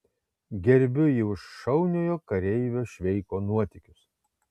gerbiu jį už šauniojo kareivio šveiko nuotykius